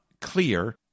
clear